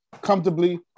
comfortably